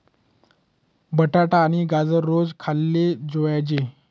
बटाटा आणि गाजर रोज खाल्ले जोयजे